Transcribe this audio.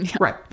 Right